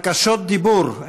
בקשות דיבור,